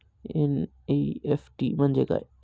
NEFT म्हणजे काय?